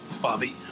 Bobby